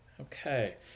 Okay